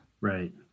Right